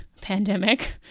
pandemic